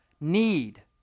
need